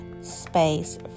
space